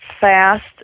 fast